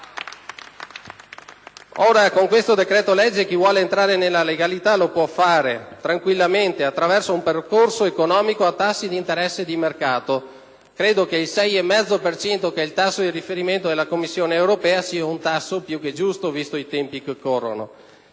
al nostro esame chi vuole entrare nella legalità può farlo tranquillamente, attraverso un percorso economico a tassi di interesse di mercato. Credo che il 6,5 per cento, che è il tasso di riferimento della Commissione europea, sia più che giusto, visti i tempi che corrono